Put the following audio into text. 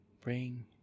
bring